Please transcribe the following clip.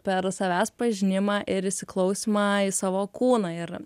per savęs pažinimą ir įsiklausymą į savo kūną ir